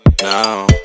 now